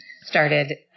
started